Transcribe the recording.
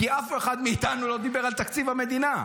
כי אף אחד מאיתנו לא דיבר על תקציב המדינה.